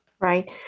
Right